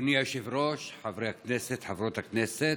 אדוני היושב-ראש, חברי הכנסת, חברות הכנסת,